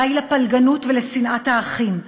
די לפלגנות ולשנאת האחים.